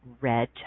red